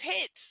hits